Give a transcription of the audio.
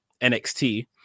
nxt